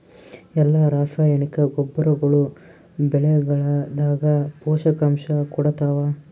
ಎಲ್ಲಾ ರಾಸಾಯನಿಕ ಗೊಬ್ಬರಗೊಳ್ಳು ಬೆಳೆಗಳದಾಗ ಪೋಷಕಾಂಶ ಕೊಡತಾವ?